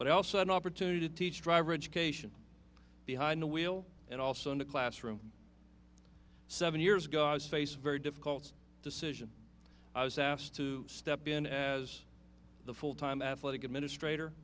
but also an opportunity to teach driver education behind the wheel and also in the classroom seven years ago was face very difficult decision i was asked to step in as the fulltime athletic administrator